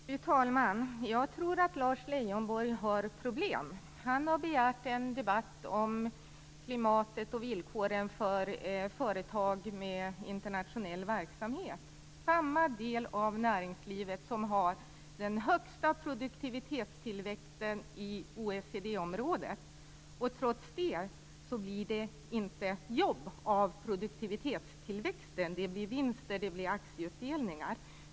Fru talman! Jag tror att Lars Leijonborg har problem. Han har begärt en debatt om klimatet och villkoren för företag med internationell verksamhet. Det är den del av näringslivet som har den högsta produktivitetstillväxten i OECD-området, men trots det blir det inte några jobb av produktivitetstillväxten, utan det blir vinster, det blir aktieutdelningar.